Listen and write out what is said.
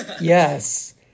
Yes